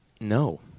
No